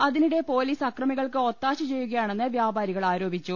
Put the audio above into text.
അതിനിടെ പൊലീസ് അക്രമികൾക്ക് ഒത്താശ ചെയ്യു കയാണെന്ന് വൃാപാരികൾ ആരോപിച്ചു